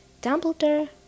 Dumbledore